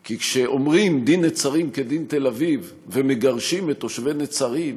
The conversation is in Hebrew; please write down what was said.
כי כשאומרים דין נצרים כדין תל אביב ומגרשים את תושבי נצרים,